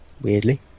Weirdly